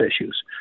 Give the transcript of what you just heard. issues